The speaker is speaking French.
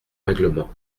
règlement